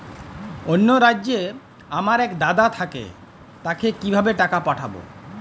অন্য রাজ্যে আমার এক দাদা থাকে তাকে কিভাবে টাকা পাঠাবো?